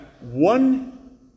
one